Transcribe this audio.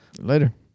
Later